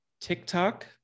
TikTok